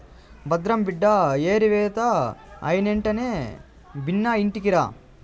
భద్రం బిడ్డా ఏరివేత అయినెంటనే బిన్నా ఇంటికిరా